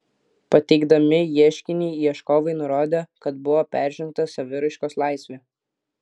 pateikdami ieškinį ieškovai nurodė kad buvo peržengta saviraiškos laisvė